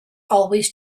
always